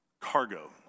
cargo